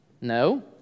No